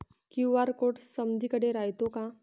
QR code समदीकडे रायतो का?